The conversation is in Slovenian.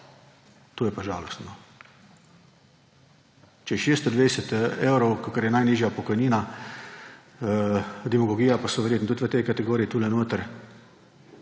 To je pa žalostno. Če je 620 evrov, kakor je najnižja pokojnina, demagogija, pa so verjetno tudi v tej kategoriji tule notri,